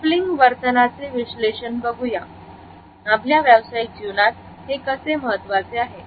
stippling वर्तनाचे विश्लेषण बघूया आपल्या व्यावसायिक जीवनात हे कसे महत्त्वाचे आहे